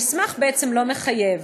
המסמך בעצם לא מחייב,